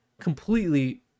completely